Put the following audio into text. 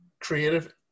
creative